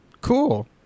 cool